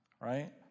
right